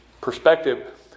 perspective